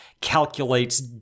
calculates